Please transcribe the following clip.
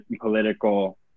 political